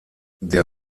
der